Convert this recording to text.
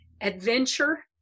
adventure